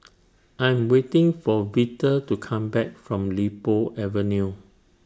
I Am waiting For Vita to Come Back from Li Po Avenue